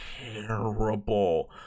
terrible